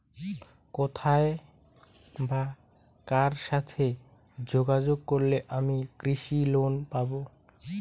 কোথায় বা কার সাথে যোগাযোগ করলে আমি কৃষি লোন পাব?